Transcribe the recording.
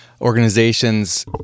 organizations